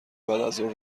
بعدازظهر